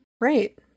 Right